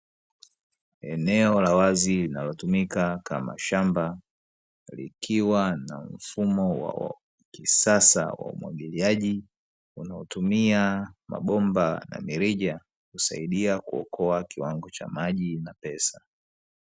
Eneo la wazi, linalotumika kama shamba, likiwa na mfumo wa kisasa wa umwagiliaji unaotumia mabomba na mirija, kusaidia kuokoa kiwango cha maji na pesa.